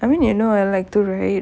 I mean you know I like to write